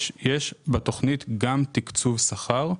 בתוכנית יש גם תקצוב שכר.